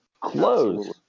close